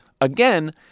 again